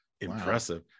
impressive